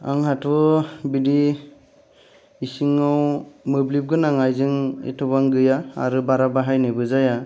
आंहाथ' बिदि इसिंआव मोब्लिबगोनां आइजें एथ'बां गैया आरो बारा बाहायनायबो जाया